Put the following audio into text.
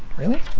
really?